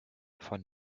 von